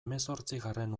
hemezortzigarren